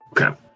Okay